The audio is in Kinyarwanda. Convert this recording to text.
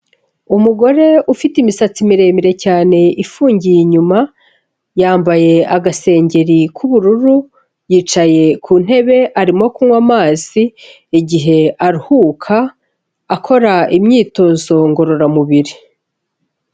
Umugore ufite imisatsi miremire cyane ifungiye inyuma, yambaye agasengeri k'ubururu, yicaye ku ntebe arimo kunywa amazi igihe aruhuka akora imyitozo ngororamubiri.